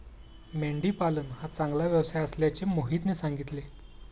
मेंढी पालन हा चांगला व्यवसाय असल्याचे मोहितने सांगितले